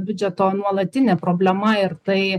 biudžeto nuolatinė problema ir tai